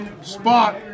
spot